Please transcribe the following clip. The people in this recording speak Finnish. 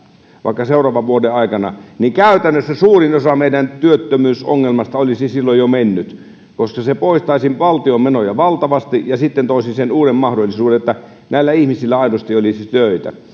vaikka seuraavan vuoden aikana niin käytännössä suurin osa meidän työttömyysongelmasta olisi silloin jo mennyt koska se poistaisi valtion menoja valtavasti ja sitten toisi sen uuden mahdollisuuden että näillä ihmisillä aidosti olisi töitä